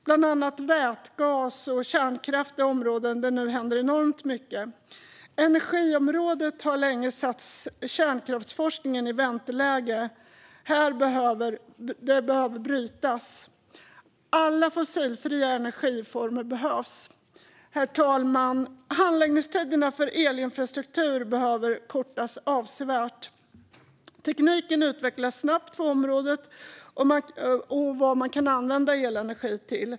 Bland annat vätgas och kärnkraft är områden där det nu händer enormt mycket. Energiområdet har länge satt kärnkraftsforskningen i vänteläge. Detta behöver brytas. Alla fossilfria energiformer behövs. Herr talman! Handläggningstiderna för elinfrastruktur behöver kortas avsevärt. Tekniken utvecklas snabbt på området. Det gäller också vad man kan använda elenergi till.